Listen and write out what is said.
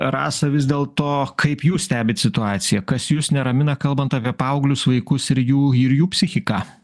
rasa vis dėlto kaip jūs stebit situaciją kas jus neramina kalbant apie paauglius vaikus ir jų ir jų psichiką